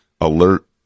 alert